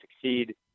succeed